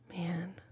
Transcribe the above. Man